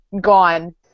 gone